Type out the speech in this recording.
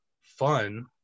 fun